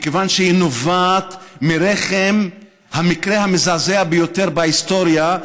מכיוון שהיא נובעת מרחם המקרה המזעזע ביותר בהיסטוריה,